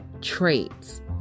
traits